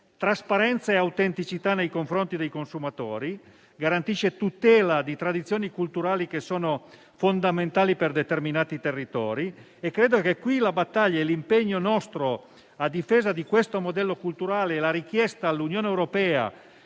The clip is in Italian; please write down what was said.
trasparenza ed autenticità nei confronti dei consumatori, tutela di tradizioni culturali che sono fondamentali per determinati territori. A tale riguardo la battaglia e il nostro impegno a difesa di tale modello culturale e la richiesta all'Unione europea